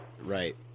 Right